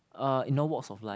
uh in all walks of life